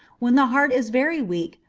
when the heart is very weak,